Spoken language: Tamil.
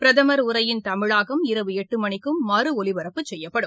பிரதமர் உரையின் தமிழாக்கம் இரவு எட்டு மணிக்கும் மறுஒலிபரப்பு செய்யப்படும்